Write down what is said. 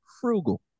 frugal